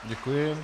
Děkuji.